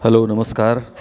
hello नमस्कार